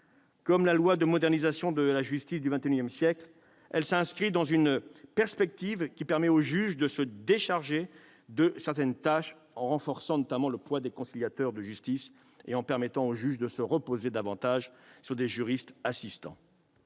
Comme la loi de modernisation de la justice du XXIsiècle, elle s'inscrit dans la perspective de décharger le juge de certaines tâches, en renforçant notamment le poids des conciliateurs de justice et en lui permettant de se reposer davantage sur des juristes assistants.